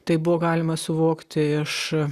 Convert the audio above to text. tai buvo galima suvokti iš